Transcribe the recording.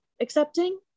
accepting